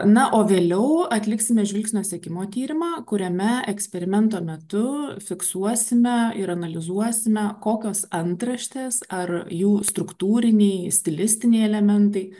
na o vėliau atliksime žvilgsnio sekimo tyrimą kuriame eksperimento metu fiksuosime ir analizuosime kokios antraštės ar jų struktūriniai stilistiniai elementai